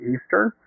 Eastern